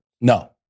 No